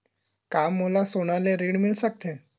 का मोला सोना ले ऋण मिल सकथे?